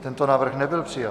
Tento návrh nebyl přijat.